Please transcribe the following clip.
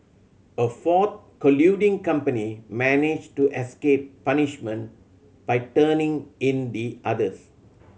a fourth colluding company managed to escape punishment by turning in the others